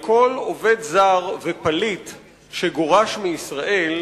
על כל עובד זר ופליט שגורש מישראל